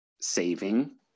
saving